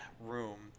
room